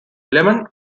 lemon